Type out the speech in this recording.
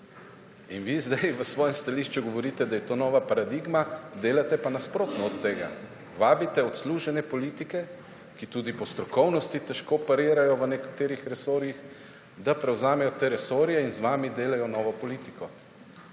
In vi zdaj v svojem stališču govorite, da je to nova paradigma, delate pa nasprotno od tega – vabite odslužene politike, ki tudi po strokovnosti težko parirajo v nekaterih resorjih, da prevzamejo te resorje in z vami delajo novo politiko.